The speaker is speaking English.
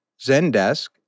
Zendesk